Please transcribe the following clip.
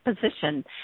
position